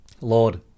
Lord